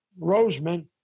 Roseman